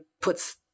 puts